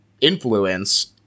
influence